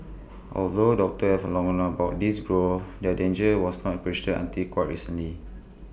although doctors have long known about these growths their danger was not appreciated until quite recently